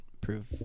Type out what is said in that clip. prove